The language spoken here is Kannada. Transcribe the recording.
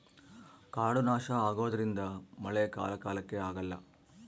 ಕಾಡು ನಾಶ ಆಗೋದ್ರಿಂದ ಮಳೆ ಕಾಲ ಕಾಲಕ್ಕೆ ಆಗಲ್ಲ